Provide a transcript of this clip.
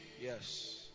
Yes